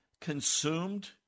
consumed